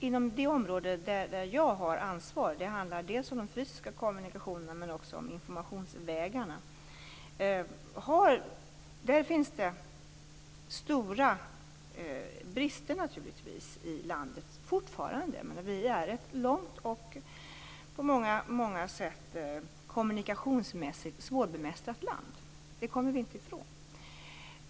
Inom det område som jag har ansvar för - det handlar dels om de fysiska kommunikationerna, dels om informationsvägarna - finns det naturligtvis fortfarande stora brister i landet. Sverige är ett långt och på många sätt kommunikationsmässigt svårbemästrat land. Det kommer vi inte från.